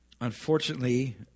Unfortunately